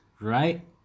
right